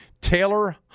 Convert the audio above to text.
Taylor